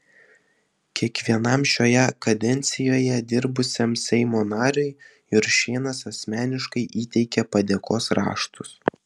kiekvienam šioje kadencijoje dirbusiam seimo nariui juršėnas asmeniškai įteikė padėkos raštus